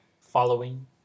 Following